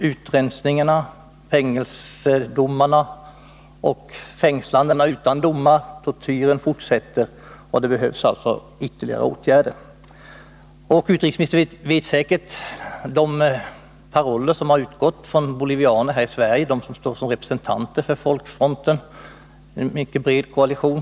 Utrensningarna, fängelsedomarna, fängslandena utan domar och tortyren fortsätter. Det behövs alltså ytterligare åtgärder. Utrikesministern känner säkert till de paroller som utgått från de bolivianer här i Sverige som är representanter för folkfronten, en mycket bred koalition.